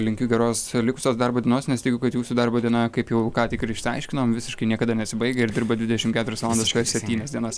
linkiu geros likusios darbo dienos nes tikiu kad jūsų darbo diena kaip ką tik ir išsiaiškinom visiškai niekada nesibaigia ir dirbat dvidešim keturias valandas septynias dienas